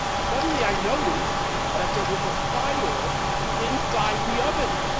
suddenly, i noticed that there was a fire inside the oven